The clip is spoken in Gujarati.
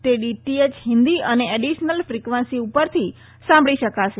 તે ડીટીએચ હિન્દી અને એડિશનલ ફિકવન્સી ઉપરથી સાંભળી શકાશે